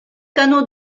canots